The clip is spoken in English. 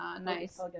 Nice